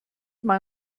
mal